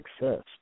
success